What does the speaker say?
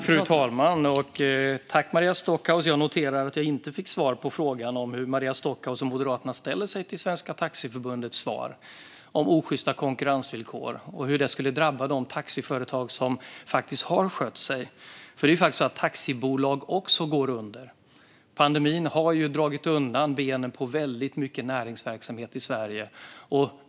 Fru talman! Tack, Maria Stockhaus! Jag noterar att jag inte fick svar på frågan om hur Maria Stockhaus och Moderaterna ställer sig till Svenska Taxiförbundets svar om osjysta konkurrensvillkor och hur det skulle drabba de taxiföretag som har skött sig. Det är faktiskt också taxibolag som går under. Pandemin har dragit undan benen på väldigt mycket näringsverksamhet i Sverige.